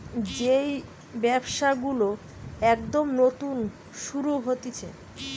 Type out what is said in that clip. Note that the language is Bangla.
যেই ব্যবসা গুলো একদম নতুন শুরু হতিছে